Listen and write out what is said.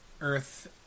earth